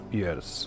years